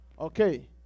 Okay